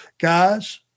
guys